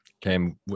came